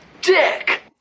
dick